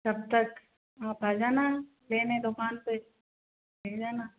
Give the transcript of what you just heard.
कब तक आप आ जाना लेने दुकान पे ले जाना